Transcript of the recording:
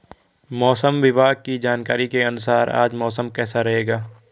मौसम विभाग की जानकारी के अनुसार आज मौसम कैसा रहेगा?